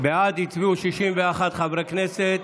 בעד הצביעו 61 חברי כנסת,